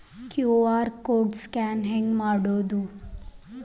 QR code scan ಹೆಂಗ್ ಮಾಡೋದು?